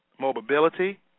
mobility